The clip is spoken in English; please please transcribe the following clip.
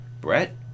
Brett